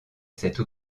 cette